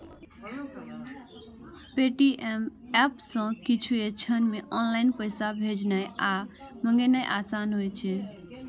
Paytm app सं किछुए क्षण मे ऑनलाइन पैसा भेजनाय आ मंगेनाय आसान होइ छै